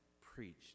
preached